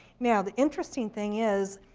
now, the interesting thing is,